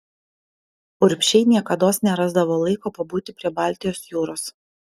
urbšiai niekados nerasdavo laiko pabūti prie baltijos jūros